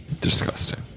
Disgusting